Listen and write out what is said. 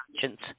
conscience